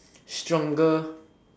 stronger